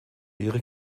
ihre